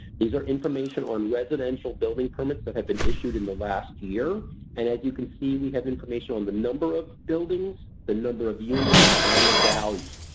these are information on residential buildings permits that have been issued in the last year and as you can see we have information on the number of buildings, the number of units, and the value.